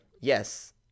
yes